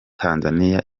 tanzania